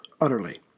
utterly